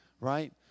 right